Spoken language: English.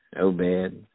Obed